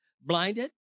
blinded